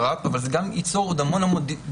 הדבר המרכזי.